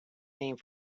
name